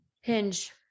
Hinge